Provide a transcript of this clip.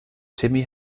timmy